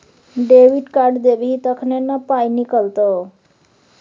debit card देबही तखने न पाइ निकलतौ